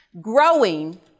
growing